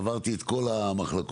עברתי את כל המחלקות.